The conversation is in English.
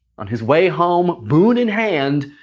on his way home, boon in hand.